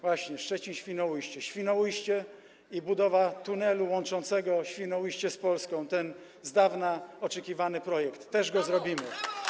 Właśnie, Szczecin - Świnoujście, Świnoujście i budowa tunelu łączącego Świnoujście z Polską, ten od dawna oczekiwany projekt - też go zrobimy.